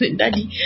daddy